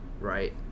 right